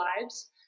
lives